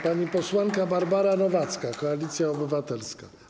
Pani posłanka Barbara Nowacka, Koalicja Obywatelska.